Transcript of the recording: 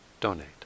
donate